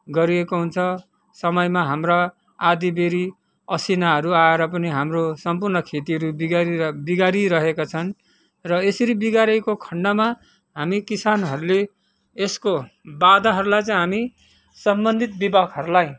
गरिएको हुन्छ समयमा हाम्रा आँधीबेह्री असिनाहरू आएर पनि हाम्रो सम्पूर्ण खेतीहरू बिगारिक बिगारिरहेका छन् र यसरी बिगारिएको खन्डमा हामी किसानहरूले यसको बाधाहरूलाई चाहिँ हामी सम्बन्धित विभागहरूलाई